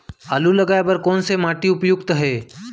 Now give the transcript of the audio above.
आलू लगाय बर कोन से माटी उपयुक्त हे?